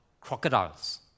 crocodiles